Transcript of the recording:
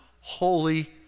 Holy